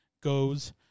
goes